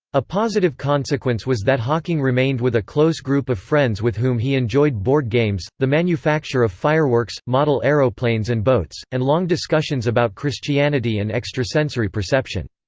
a positive consequence was that hawking remained with a close group of friends with whom he enjoyed board games, the manufacture of fireworks, model aeroplanes and boats, and long discussions about christianity and extrasensory perception.